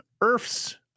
Earth's